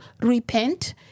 Repent